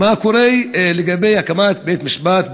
מה קורה לגבי הקמת בית-משפט,